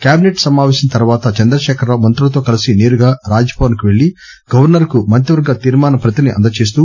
cabinet సమాపేశం తర్వాత చంద్రశేఖరరావు మంత్రులతో కలీసి సేరుగా రాజ్ భవన్ కు పెల్లి గవర్సర్ కు మంత్రి వర్గ తీర్మానం ప్రతిని అందజేస్తూ